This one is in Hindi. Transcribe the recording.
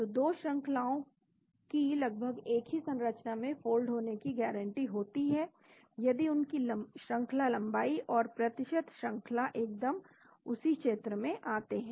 तो 2 श्रंखलाओं की लगभग एक ही संरचना में फोल्ड होने की गारंटी है यदि उनकी श्रंखला लंबाई और प्रतिशत श्रंखला एकदम उसी क्षेत्र में आते हैं